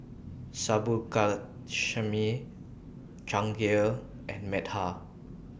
Subbulakshmi Jahangir and Medha